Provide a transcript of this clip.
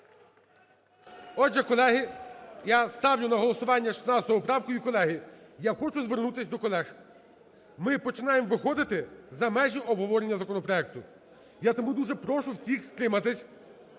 Отже, колеги, я ставлю на голосування 16 поправку. І, колеги, я хочу звернутись до колег, ми починаємо виходити за межі обговорення законопроекту. Я тому дуже прошу всіх стриматися.